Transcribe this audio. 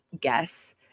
guess